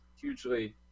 hugely